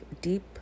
deep